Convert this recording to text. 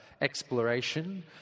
exploration